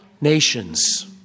nations